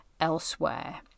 elsewhere